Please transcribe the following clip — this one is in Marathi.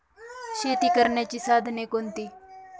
शेती करण्याची साधने कोणती?